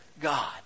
God